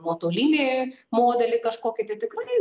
nuotolinį modelį kažkokį tai tikrai